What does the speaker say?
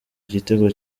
igitego